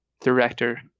director